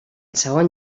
segon